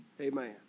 Amen